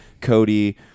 Cody